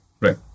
right